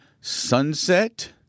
sunset